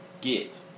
get